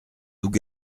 loups